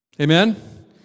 Amen